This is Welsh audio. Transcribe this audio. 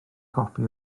copi